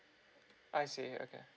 I see okay